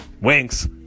Winks